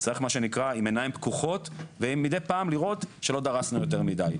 צריך מה שנקרא עם עיניים פקוחות ומדי פעם לראות שלא דרסנו יותר מדי.